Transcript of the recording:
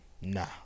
Nah